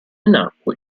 nacque